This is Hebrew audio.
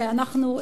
ואנחנו,